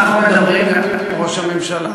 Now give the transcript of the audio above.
אנחנו מדברים גם עם ראש הממשלה